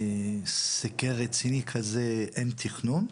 סקר רציני כזה, אין תכנון.